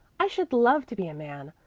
i should love to be a man.